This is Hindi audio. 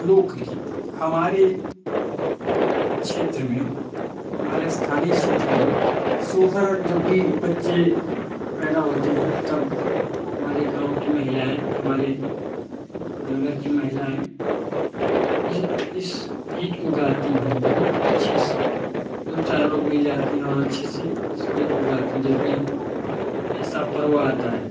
हमारे क्षेत्र में हमारे स्थानी क्षेत्र में सोहर जब भी बच्चे पैदा होते हैं तब हमारे गाओ की महिलाएं हमारे नगर की महिलाएं ये इस गीत को गाती हैं बहुत अच्छे से दो चार लोग मिल जाती हैं और अच्छे से इस गीत को गाती हैं जब भी ऐसा पर्व आता है तो